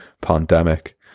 pandemic